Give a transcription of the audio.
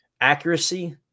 Accuracy